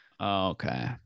okay